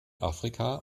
afrika